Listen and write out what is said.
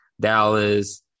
Dallas